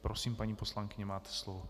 Prosím, paní poslankyně, máte slovo.